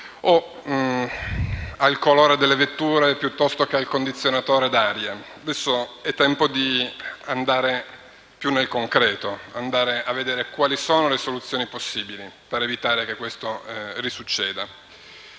il colore delle vetture piuttosto che per il condizionatore d'aria: adesso è tempo di andare più nel concreto, di andare a vedere quali sono le soluzioni possibili per evitare che questi incidenti